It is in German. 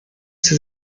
sie